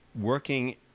working